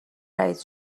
رئیس